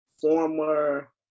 former